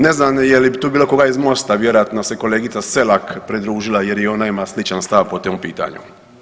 Ne znam je li tu bilo koga iz Mosta, vjerojatno se kolegica Selak pridružila jer i ona ima sličan stav po tom pitanju.